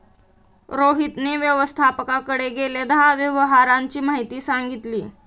रोहितने व्यवस्थापकाकडे गेल्या दहा व्यवहारांची माहिती मागितली